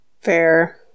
fair